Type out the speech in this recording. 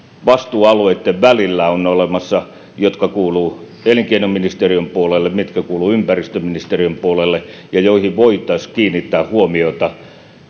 vastuualueittemme välillä on olemassa mitkä kuuluvat elinkeinoministeriön puolelle ja mitkä kuuluvat ympäristöministeriön puolelle joihin voitaisiin kiinnittää huomiota